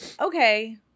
okay